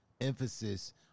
emphasis